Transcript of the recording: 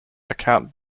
account